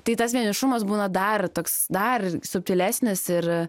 tai tas vienišumas būna dar toks dar subtilesnis ir